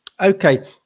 okay